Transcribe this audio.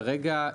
כרגע,